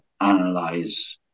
analyze